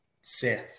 Sith